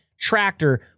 tractor